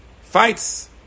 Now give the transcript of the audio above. Fights